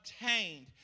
obtained